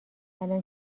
الان